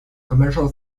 commercial